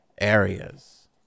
areas